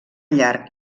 llarg